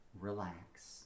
relax